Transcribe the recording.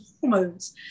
hormones